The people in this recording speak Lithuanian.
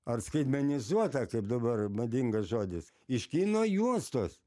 ar skaitmenizuota kaip dabar madingas žodis iš kino juostos